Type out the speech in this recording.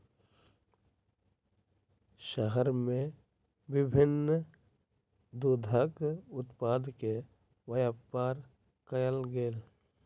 शहर में विभिन्न दूधक उत्पाद के व्यापार कयल गेल